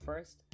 First